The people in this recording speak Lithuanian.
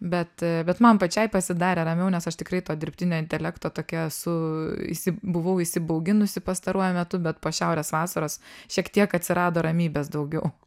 bet bet man pačiai pasidarė ramiau nes aš tikrai to dirbtinio intelekto tokia esu įsi buvau įsibauginusi pastaruoju metu bet po šiaurės vasaros šiek tiek atsirado ramybės daugiau